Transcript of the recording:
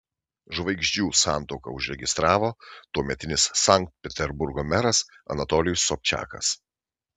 žvaigždžių santuoką užregistravo tuometinis sankt peterburgo meras anatolijus sobčakas